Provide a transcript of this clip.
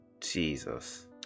Jesus